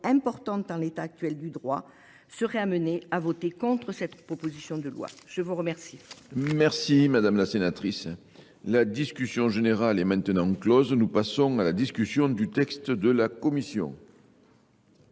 importantes en l'état actuel du droit, serait amené à voter contre cette proposition de loi. Je vous remercie.